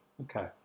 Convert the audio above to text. Okay